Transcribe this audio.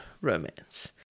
romance